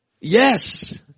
Yes